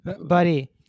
Buddy